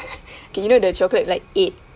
okay you know the chocolate like egg